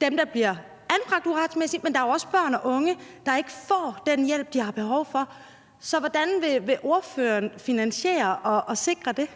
dem, der bliver anbragt uretmæssigt, men der er jo også børn og unge, der ikke får den hjælp, de har behov for. Så hvordan vil ordføreren finansiere og sikre det?